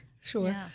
sure